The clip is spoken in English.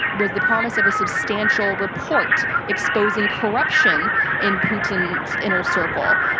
was the promise of a substantial report exposing corruption in putin's inner circle.